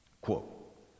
Quote